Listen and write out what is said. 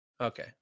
Okay